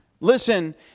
Listen